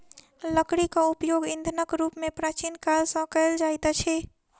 लकड़ीक उपयोग ईंधनक रूप मे प्राचीन काल सॅ कएल जाइत अछि